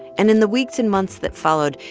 and in the weeks and months that followed,